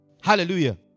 Hallelujah